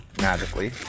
magically